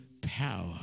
power